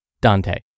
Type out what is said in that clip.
Dante